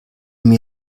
mir